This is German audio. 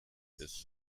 ist